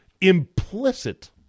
implicit